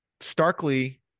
starkly